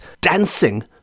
dancing